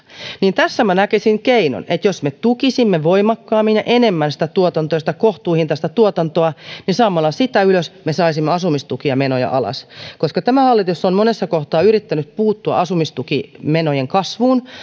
niin tässä näkisin keinon että jos me tukisimme voimakkaammin ja enemmän sitä kohtuuhintaista tuotantoa niin saamalla sitä ylös me saisimme asumistukimenoja alas tämä hallitus on monessa kohtaa yrittänyt puuttua asumistukimenojen kasvuun